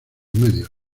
medios